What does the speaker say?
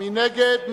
מי נגד?